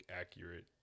accurate